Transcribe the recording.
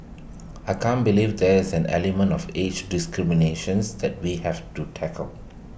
I can't believe there is an element of age discriminations that we have to tackle